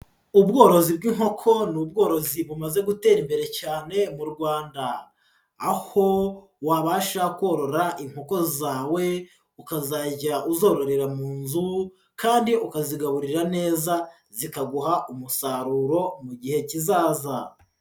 Ubworozi bw'inkoko ni ubworozi bumaze gutera imbere cyane mu Rwanda, aho wabasha korora inkoko zawe ukazajya uzororera mu nzu kandi ukazigaburira neza zikaguha umusaruro mu gihe kizaza.